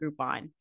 Groupon